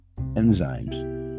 enzymes